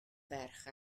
ferch